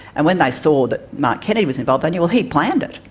and when they saw that mark kennedy was involved they knew, well, he planned it,